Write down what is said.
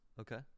Okay